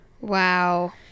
Wow